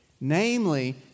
Namely